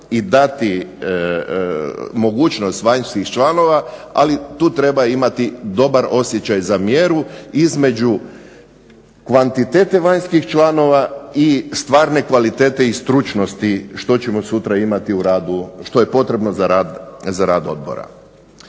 i dati mogućnost vanjskih članova, ali tu treba imati dobar osjećaj za mjeru između kvantitete vanjskih članova i stvarne kvalitete i stručnosti što ćemo sutra imati u radu, što je potrebno za rad odbora.